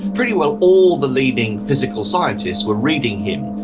pretty well all the leading physical scientists were reading him,